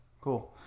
Cool